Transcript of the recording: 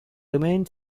remain